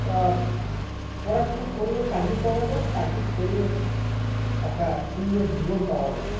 তা পড়াশোনা করলে চাকরি পাওয়া যায় চাকরি করলে একটা সুন্দর জীবন পাওয়া যাবে